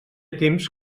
temps